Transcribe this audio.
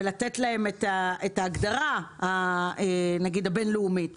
ולתת להם הגדרה בין-לאומית.